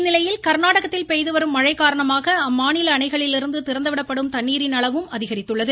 இந்நிலையில் கர்நாடகத்தில் பெய்துவரும் மழை காரணமாக அம்மாநில அணைகளிலிருந்து திறந்து விடப்படும் தண்ணீரின் அளவு அதிகரித்துள்ளது